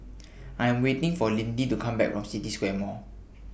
I Am waiting For Lindy to Come Back from City Square Mall